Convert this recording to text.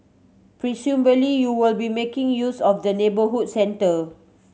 presumably you will be making use of the neighbourhood centre